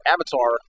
Avatar